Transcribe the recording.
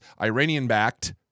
Iranian-backed